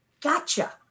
gotcha